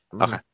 Okay